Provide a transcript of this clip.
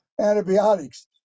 antibiotics